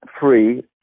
free